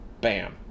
bam